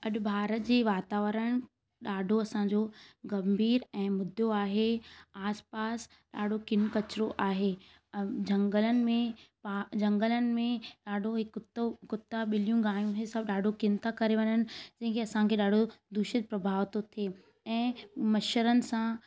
अॼु भारत जी वातावरणु ॾाढो असांजो गंभीर ऐं मुदो आहे आसपास ॾाढो किनु किचिरो आहे जंगलन में हा जंगलनि में ॾाढो ई कुतो कुता ॿिलियूं गाहियूं इहे सभु ॾाढो किन था करे वञनि त ईअं असांखे ॾाढो दूषित प्रभाव थो थिए ऐं मछरनि सां